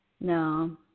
no